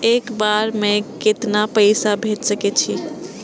एक बार में केतना पैसा भेज सके छी?